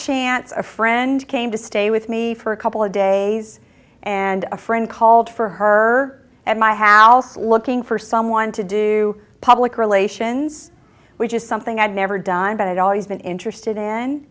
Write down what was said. chance a friend came to stay with me for a couple of days and a friend called for her at my house looking for someone to do public relations which is something i've never done but i'd always been interested in